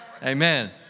Amen